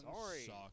Sorry